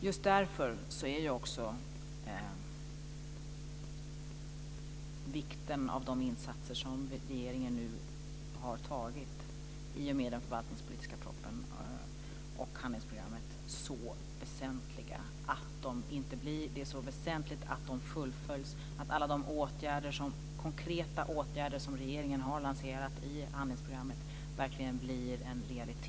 Just därför är också de insatser som regeringen nu har gjort i och med den förvaltningspolitiska propositionen och handlingsprogrammet så väsentliga. Det är väsentligt att det här fullföljs och att alla konkreta åtgärder som regeringen har lanserat i handlingsprogrammet verkligen blir en realitet.